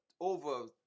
over